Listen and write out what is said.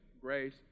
grace